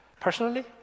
Personally